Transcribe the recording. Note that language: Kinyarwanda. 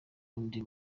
undi